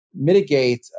mitigate